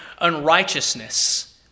unrighteousness